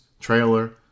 trailer